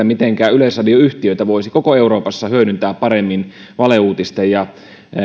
mitenkä yleisradioyhtiötä voisi koko euroopassa hyödyntää paremmin valeuutisten ja